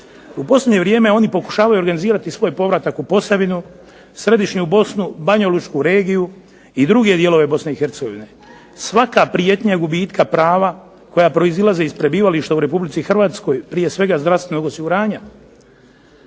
U posljednje vrijeme oni pokušavaju organizirati svoj povratak u Posavinu, Središnju Bosnu, Banjalučku regiju i druge dijelove Bosne i Hercegovine. Svaka prijetnja gubitka prava koja proizlaze iz prebivališta u Republici Hrvatskoj, prije svega zdravstvenog osiguranja